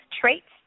traits